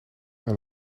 aan